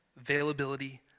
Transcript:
Availability